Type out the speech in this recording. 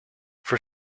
for